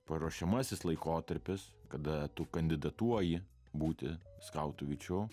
paruošiamasis laikotarpis kada tu kandidatuoji būti skautu vyčiu